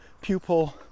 pupil